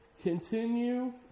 Continue